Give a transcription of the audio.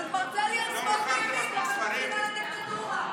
מרצה לי על שמאל וימין ומוביל את המדינה לדיקטטורה.